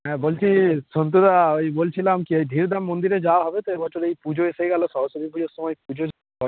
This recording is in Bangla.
হ্যাঁ বলছি সন্তুদা ওই বলছিলাম কি ধীরধাম মন্দিরে যাওয়া হবে তো এ বছরে এই পুজো এসে গেলো সরস্বতী পুজোর সময় পুজো